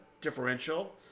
differential